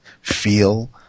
feel